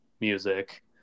music